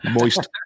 Moist